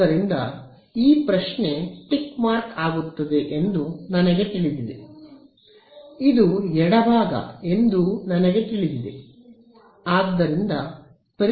ಆದ್ದರಿಂದ ಈ ಪ್ರಶ್ನೆ ಟಿಕ್ ಮಾರ್ಕ್ ಆಗುತ್ತದೆ ಎಂದು ಈಗ ನನಗೆ ತಿಳಿದಿದೆ ಇದು ಎಡಭಾಗ ಎಂದು ನನಗೆ ತಿಳಿದಿದೆ